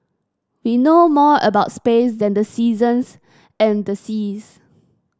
we know more about space than the seasons and the seas